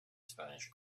spanish